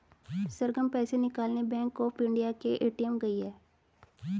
सरगम पैसे निकालने Bank of India के ए.टी.एम गई है